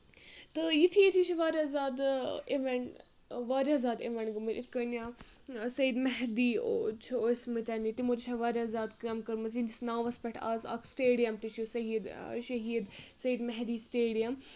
تہٕ یِتھٕے ییٚتھی چھِ واریاہ زیادٕ اِوینٛٹ واریاہ زیادٕ اِوینٛٹ گٔمٕتۍ اِتھ کٔنۍ سعد محدی چھُ ٲسمٕتۍ تِمو تہِ چھےٚ واریاہ زیادٕ کٲم کٔرمٕژ تِہِندِس ناوَس پؠٹھ آز اکھ سٹیڈیَم تہِ چھُ صحیٖد شہیٖد سید محدی سٹیڈیَم